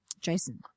Jason